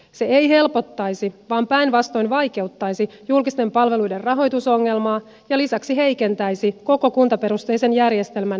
se ei helpottaisi vaan päinvastoin vaikeuttaisi julkisten palveluiden rahoitusongelmaa ja lisäksi heikentäisi koko kuntaperusteisen järjestelmän toimintakykyä